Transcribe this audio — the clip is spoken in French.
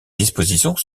dispositions